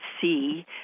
see